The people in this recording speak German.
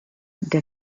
der